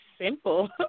simple